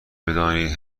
بدانید